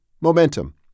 momentum